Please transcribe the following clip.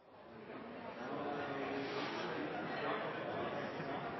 jeg. Da må